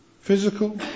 physical